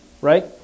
right